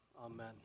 Amen